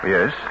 Yes